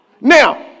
Now